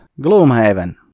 Gloomhaven